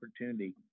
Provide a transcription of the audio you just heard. opportunity